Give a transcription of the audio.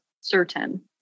certain